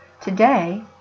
today